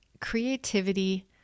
creativity